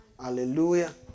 Hallelujah